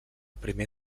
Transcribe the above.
primer